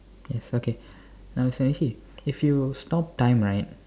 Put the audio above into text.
yes okay now if you stop time right